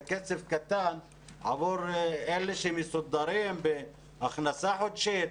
זה כסף קטן עבור אלה שמסודרים בהכנסה חודשית,